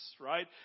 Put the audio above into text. right